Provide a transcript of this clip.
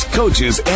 coaches